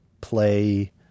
play